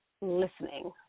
listening